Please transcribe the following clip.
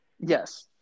Yes